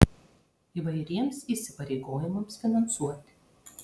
įvairiems įsipareigojimams finansuoti